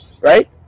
right